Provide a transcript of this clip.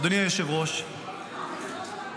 אדוני היושב-ראש,